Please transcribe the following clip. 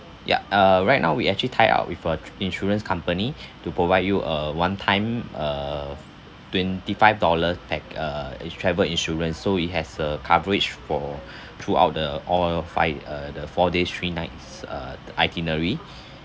ya uh right now we actually tied up with uh tr~ insurance company to provide you a one time of twenty-five dollar pack~ uh ins~ travel insurance so it has uh coverage for throughout the all five uh the four days three nights uh the itinerary